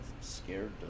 scared